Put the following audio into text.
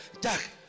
jack